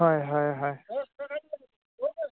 হয় হয় হয়